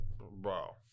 bro